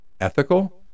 ethical